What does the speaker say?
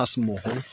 Taj Mahal